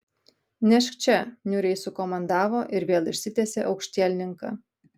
nešk čia niūriai sukomandavo ir vėl išsitiesė aukštielninka